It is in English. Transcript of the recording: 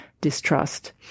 Distrust